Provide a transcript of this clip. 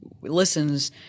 listens